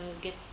get